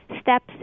steps